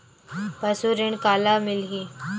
पशु ऋण काला मिलही?